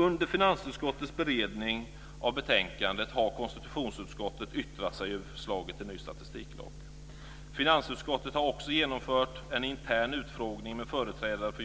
Under finansutskottets beredning av betänkandet har konstitutionsutskottet yttrat sig över förslaget till ny statistiklag. Finansutskottet har också genomfört en intern utfrågning med företrädare för